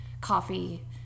coffee